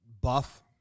buff